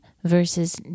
Verses